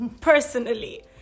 personally